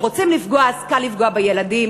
כשרוצים לפגוע אז קל לפגוע בילדים,